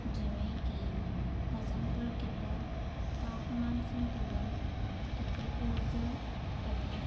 ਜਿਵੇਂ ਕਿ ਹਜ਼ਮ ਪ੍ਰਕਿਰਿਆ ਤਾਪਮਾਨ ਸੰਤੁਲਨ ਅਤੇ ਊਰਜਾ ਉਤਪੱਤੀ